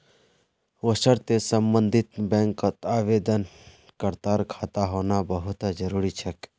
वशर्ते सम्बन्धित बैंकत आवेदनकर्तार खाता होना बहु त जरूरी छेक